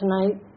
tonight